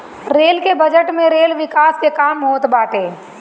rail के budget में rail विकास के काम होत बाटे